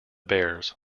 bears